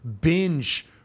binge